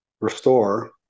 restore